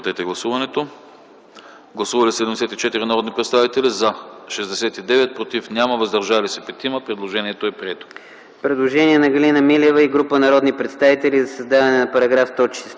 предложение на Галина Милева и група народни представители за създаване на § 114а.